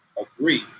agree